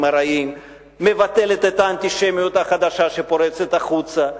הרעים; מבטלת את האנטישמיות החדשה שפורצת החוצה,